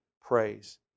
praise